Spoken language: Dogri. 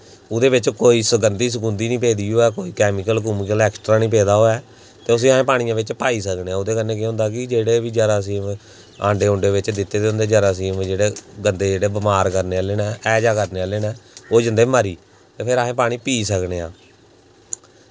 उ'दै बिच्च कोई सगंदा सगुंदी निं पेदी होऐ कोई कैमिकल कुमिकल ऐक्सटरा निं पेदा होऐ ते उस्सी अस पानियै बिच्च पाई सकने आं ओह्दे कन्नै केह् होंदा कि जिन्ने बी जरासीम अण्डे उण्डे बिच्च दित्ते दे होंदे जरासीम न जेह्ड़े गंदे जेह्ड़े बमार करने ओह्ले नै हैज़ा करने आह्ले न ओह् जंदे मरी ते फिर अस पानी पी सकने आं